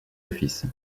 office